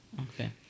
Okay